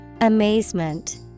Amazement